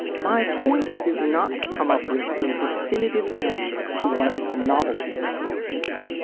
my point is not to come up with a definitive answer to what a novelty record is.